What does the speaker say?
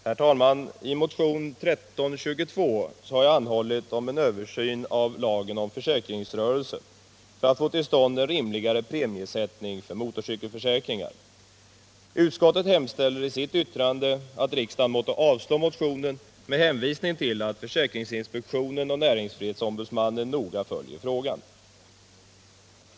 Herr talman! I motionen 1322 har jag anhållit om en översyn av lagen om försäkringsrörelse för att få till stånd en rimligare premiesättning för motorcykelförsäkringar. Utskottet hemställer i sitt betänkande att riksdagen måtte avslå motionen med hänvisning till att försäkringsinspektionen och näringsfrihetsombudsmannen noga följer frågan.